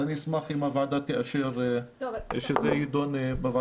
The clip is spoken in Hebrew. אז אני אשמח אם הוועדה תאשר שזה יידון בוועדה לזכויות הילד.